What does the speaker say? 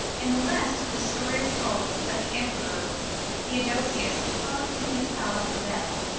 in the west the story was told that the emperor theodosius hung in his palace a bell,